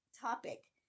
topic